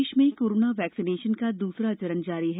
प्रदेश में corona vaccination का दूसरा चरण जारी है